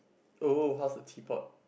oh how's the teapot